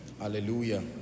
Hallelujah